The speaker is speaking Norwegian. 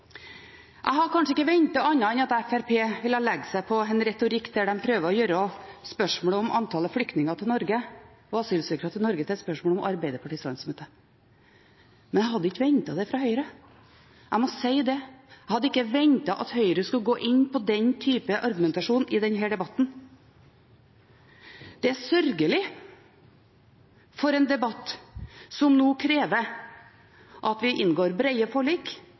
Jeg hadde kanskje ikke ventet annet enn at Fremskrittspartiet ville legge seg på en retorikk der de prøver å gjøre spørsmålet om antallet flyktninger og asylsøkere til Norge til et spørsmål om Arbeiderpartiets landsmøte. Men jeg hadde ikke ventet det fra Høyre. Jeg må si det. Jeg hadde ikke ventet at Høyre skulle gå inn på den type argumentasjon i denne debatten. Det er sørgelig for en debatt som nå krever at vi inngår brede forlik,